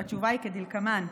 והתשובה היא כדלקמן: